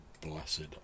Blessed